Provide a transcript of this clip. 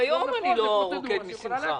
גם היום אני לא רוקד משמחה.